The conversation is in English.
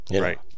right